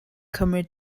cymryd